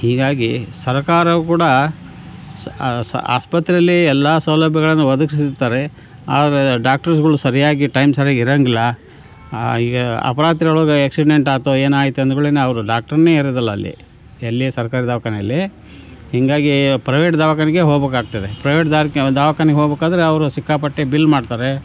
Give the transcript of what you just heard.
ಹೀಗಾಗಿ ಸರಕಾರವು ಕೂಡ ಸ ಆಸ್ಪತ್ರೆಯಲ್ಲಿ ಎಲ್ಲ ಸೌಲಭ್ಯಗಳನ್ನು ಒದಗಿಸುತ್ತಾರೆ ಆದರೆ ಡಾಕ್ಟರ್ಸ್ಗಳು ಸರಿಯಾಗಿ ಟೈಮ್ ಸರಿಯಾಗಿ ಇರೋಂಗಿಲ್ಲ ಈಗ ಅಪರಾತ್ರಿಯೊಳಗೆ ಎಕ್ಸಿಡೆಂಟ್ ಆಯ್ತು ಏನಾಯಿತು ಅಂದ ಕೂಡ್ಲೇ ಅವರು ಡಾಕ್ಟರ್ನೇ ಇರೋದಿಲ್ಲ ಅಲ್ಲಿ ಎಲ್ಲಿ ಸರ್ಕಾರಿ ದವಾಖಾನೆಯಲ್ಲಿ ಹೀಗಾಗಿ ಪ್ರೈವೇಟ್ ದವಾಖಾನೆಗೆ ಹೋಗಬೇಕಾಗ್ತದೆ ಪ್ರೈವೇಟ್ ದವಾಖಾನೆಗೆ ಹೋಗಬೇಕಾದ್ರೆ ಅವರು ಸಿಕ್ಕಾಪಟ್ಟೆ ಬಿಲ್ ಮಾಡ್ತಾರೆ